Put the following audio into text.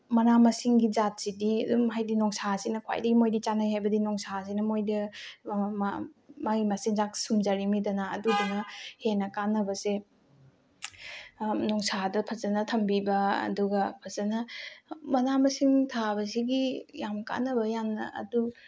ꯃꯅꯥ ꯃꯁꯤꯡꯒꯤ ꯖꯥꯠꯁꯤꯗꯤ ꯑꯗꯨꯝ ꯍꯥꯏꯗꯤ ꯅꯨꯡꯁꯥꯁꯤꯅ ꯈ꯭ꯋꯥꯏꯗꯒꯤ ꯃꯣꯏꯗꯤ ꯆꯥꯅꯩ ꯍꯥꯏꯕꯗꯤ ꯅꯨꯡꯁꯥꯁꯤꯅ ꯃꯣꯏꯗ ꯃꯥꯏ ꯃꯆꯤꯟꯖꯥꯛ ꯁꯨꯡꯖꯔꯤꯝꯅꯤꯗꯅ ꯑꯗꯨꯗꯨꯅ ꯍꯦꯟꯅ ꯀꯥꯟꯅꯕꯁꯦ ꯅꯨꯡꯁꯥꯗ ꯐꯖꯅ ꯊꯝꯕꯤꯕ ꯑꯗꯨꯒ ꯐꯖꯅ ꯃꯅꯥ ꯃꯁꯤꯡ ꯊꯥꯕꯁꯤꯒꯤ ꯌꯥꯝ ꯀꯥꯟꯅꯕ ꯌꯥꯝꯅ ꯑꯗꯨ